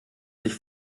sich